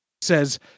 says